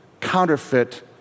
counterfeit